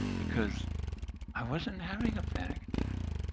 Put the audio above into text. because i wasn't having a panic attack.